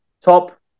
top